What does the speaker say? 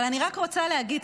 אבל אני רק רוצה להגיד,